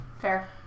Fair